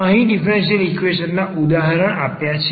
અહીં differential equation ના ઉદાહરણ આપ્યા છે